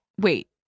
wait